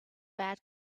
bad